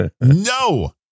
No